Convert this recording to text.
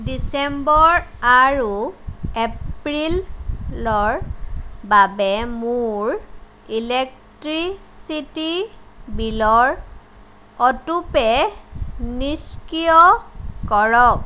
ডিচেম্বৰ আৰু এপ্ৰিলৰ বাবে মোৰ ইলেক্ট্ৰিচিটী বিলৰ অটোপে' নিষ্ক্ৰিয় কৰক